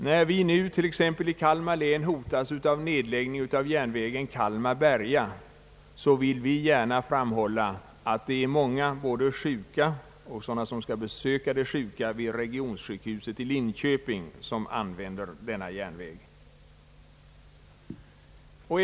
När vi nu t.ex. i Kalmar län hotas av en nedläggning av järnvägen Kalmar—Berga, vill vi gärna framhålla att det är många sjuka och även sådana personer som skall besöka de sjuka vid regionsjukhuset i Linköping som använder denna järnvägslinje.